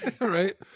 right